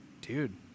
dude